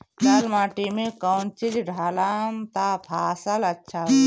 लाल माटी मे कौन चिज ढालाम त फासल अच्छा होई?